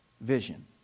Vision